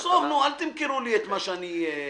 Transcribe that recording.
עזוב, אל תמכרו לי את מה שאני יודע.